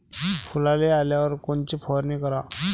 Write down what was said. फुलाले आल्यावर कोनची फवारनी कराव?